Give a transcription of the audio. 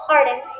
Arden